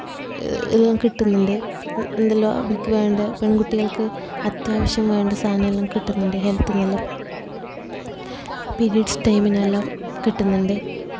കിട്ടുന്നുണ്ട് എന് എന്തെല്ലോ അവൾക്കു വേണ്ട പെണ്കുട്ടികള്ക്ക് അത്യാവശ്യം വേണ്ട സാധനമെല്ലാം കിട്ടുന്നുണ്ട് ഹെല്ത്ത് എന്നെല്ലാം പിരീഡ്സ് ടൈമിലെല്ലാം കിട്ടുന്നുണ്ട്